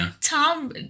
Tom